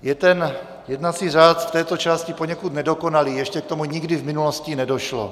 Je ten jednací řád v této části poněkud nedokonalý, ještě k tomu nikdy v minulosti nedošlo.